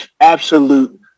absolute